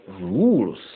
rules